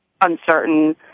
uncertain